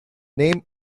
name